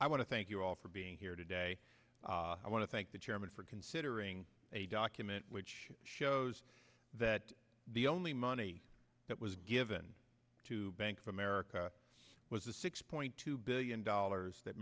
i want to thank you all for being here today i want to thank the chairman for considering a document which shows that the only money that was given to bank of america was a six point two billion dollars that